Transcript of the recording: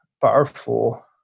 powerful